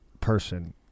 person